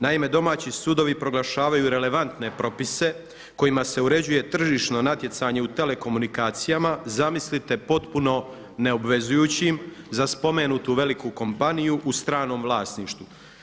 Naime, domaći sudovi proglašavaju relevantne propise kojima se uređuje tržišno natjecanje u telekomunikacijama, zamislite potpuno neobvezujućim za spomenutu veliku kompaniju u stranom vlasništvu.